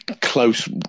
close